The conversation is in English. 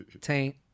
taint